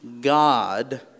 God